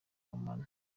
amano